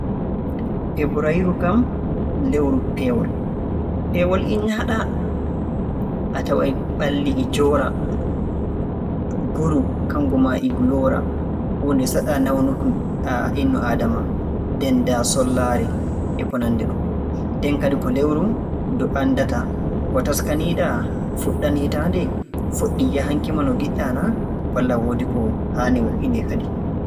Feburayru kam lewru peewol, peewol e nyaaɗa, a taway ɓalli e njoora, nguru kanngu maa e ngu yoora, huunde saɗaa nawnuki innu aadama, nden ndaa sollaare, e ko nanndi non. Nden kadi ko lewru ndu anndataa ko taskanii-ɗaa fuɗɗam hitaande fuɗɗii yahanki ma no haani na walla boo woodi ko haani wo''inee kadi.